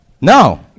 No